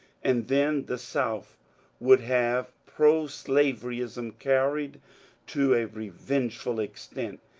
and then the south would have proslaveryism carried to a revengeful extent,